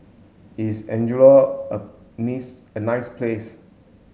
is Angola a niece a nice place